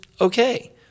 okay